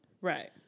Right